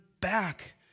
back